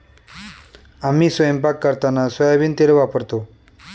आम्ही स्वयंपाक करताना सोयाबीन तेल वापरतो